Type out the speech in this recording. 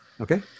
Okay